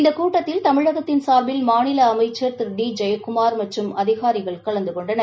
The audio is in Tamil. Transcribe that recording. இந்த கூட்டத்தில் தமிழகத்தின் சார்பில் மாநில அமைச்சள் திரு டி ஜெயக்குமார் மற்றும் அதிகாரிகள் கலந்து கொண்டனர்